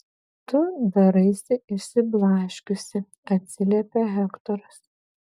tu daraisi išsiblaškiusi atsiliepia hektoras